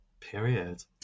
period